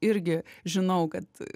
irgi žinau kad